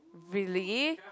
really